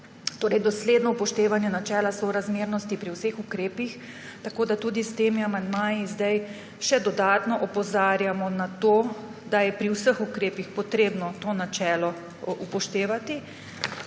torej dosledno upoštevanje načela sorazmernosti pri vseh ukrepih. Tako da tudi s temi amandmaji zdaj še dodatno opozarjamo na to, da je pri vseh ukrepih potrebno to načelo upoštevati.